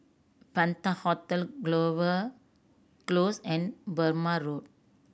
Penta Hotel Clover Close and Burmah Road